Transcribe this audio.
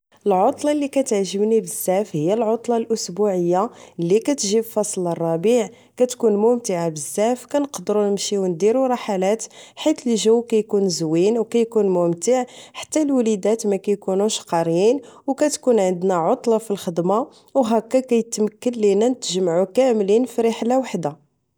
العطلة لي كتعجبني بزاف هي العطلة الأسبوعية لي كتجي في فصل الربيع كتكون ممتعة بزاف كنقدرو نمشيو نديرو رحالات حيت الجو كيكون زوين أو كيكون ممتع حتى الوليدات مكيكونوش قارين أو كتكون عندنا عطلة فالخدمة أو هكا كيتمكن لينا نتجمعو كاملين فريحلة وحدة